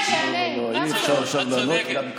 היושב-ראש, אפשר לענות לה?